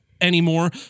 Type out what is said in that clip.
anymore